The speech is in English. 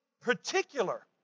particular